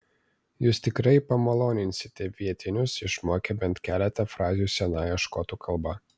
jūs tikrai pamaloninsite vietinius išmokę bent keletą frazių senąją škotų kalba